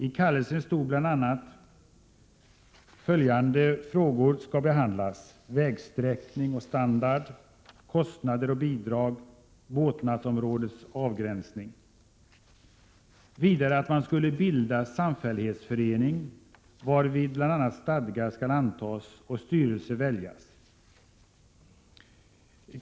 I kallelsen stod att bl.a. följande frågor skulle behandlas: vägsträckning och standard, kostnader och bidrag samt båtnadsområdets avgränsning. Vidare stod det att man skall bilda samfällighetsförening, varvid bl.a. stadgar skall antas och styrelse väljas.